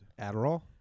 Adderall